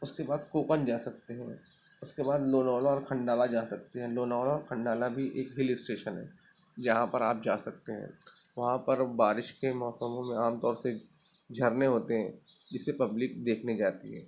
اس کے بعد کوکن جا سکتے ہیں اس کے بعد لوناوالا اور کھنڈالا جا سکتے ہیں لوناوالا اور کھنڈالا بھی ایک ہل اسٹیشن ہے جہاں پر آپ جا سکتے ہیں وہاں پر بارش کے موسموں میں عام طور سے جھرنے ہوتے ہیں جسے پبلک دیکھنے جاتی ہے